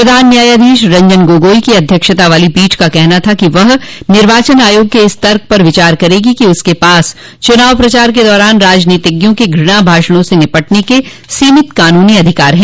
प्रधान न्यायाधीश रंजन गोगोई की अध्यक्षता वाली पीठ का कहना था कि वह निर्वाचन आयोग के इस तर्क पर विचार करेगी कि उसके पास चुनाव प्रचार के दौरान राजनीतिज्ञों के घूणा भाषणों से निपटने के सीमित कानूनी अधिकार हैं